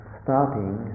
starting